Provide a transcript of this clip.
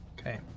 Okay